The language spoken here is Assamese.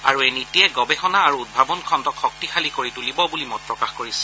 আৰু এই নীতিয়ে গৱেষণা আৰু উদ্ভাৱন খণ্ডক শক্তিশালী কৰি তুলিব বুলি মত প্ৰকাশ কৰিছে